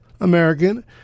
American